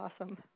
awesome